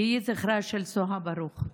יהי זכרה של סוהא ברוך.